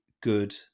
good